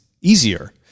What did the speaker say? easier